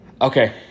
Okay